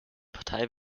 partei